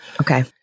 Okay